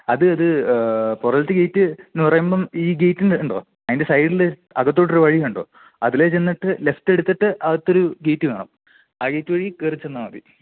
അത് ഇത് പുറകിലത്തെ ഗേയ്റ്റ് എന്ന് പറയുമ്പം ഈ ഗേയ്റ്റ്ന്റെ കണ്ടോ അതിൻ്റെ സൈഡ്ല് അകത്തോട്ടൊരു വഴി കണ്ടോ അതിലെ ചെന്നിട്ട് ലെഫ്റ്റ്ടുത്തിട്ട് അകത്തൊരു ഗേയ്റ്റ് കാണാം ആ ഗേയ്റ്റ് വഴി കയറി ചെന്നാൽ മതി